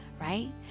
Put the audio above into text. Right